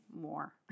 more